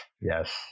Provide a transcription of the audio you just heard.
Yes